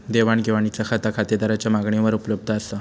देवाण घेवाणीचा खाता खातेदाराच्या मागणीवर उपलब्ध असा